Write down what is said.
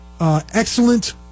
excellent